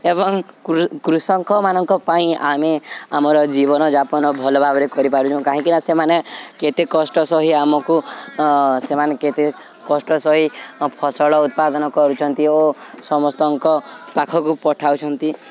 ଏବଂ କୃ କୃଷକଙ୍କମାନଙ୍କ ପାଇଁ ଆମେ ଆମର ଜୀବନଯାପନ ଭଲ ଭାବରେ କରିପାରୁଛୁଁ କାହିଁକିନା ସେମାନେ କେତେ କଷ୍ଟ ସହି ଆମକୁ ସେମାନେ କେତେ କଷ୍ଟ ସହି ଫସଲ ଉତ୍ପାଦନ କରୁଛନ୍ତି ଓ ସମସ୍ତଙ୍କ ପାଖକୁ ପଠାଉଛନ୍ତି